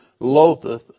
loatheth